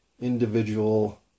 individual